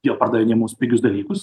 jau pardavė jinai mums pigius dalykus